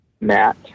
Matt